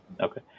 okay